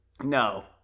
No